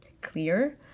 clear